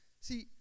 See